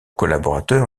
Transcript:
collaborateur